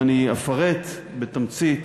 ואני אפרט בתמצית